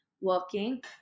working